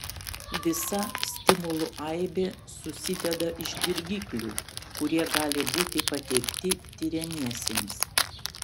visa stimulų aibė susideda iš dirgiklių kurie gali būti pateikti tiriamiesiems